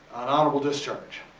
honorable discharge.